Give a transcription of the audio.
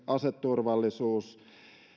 aseturvallisuus